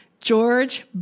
George